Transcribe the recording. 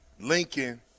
Lincoln